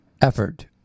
effort